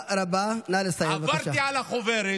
עברתי על החוברת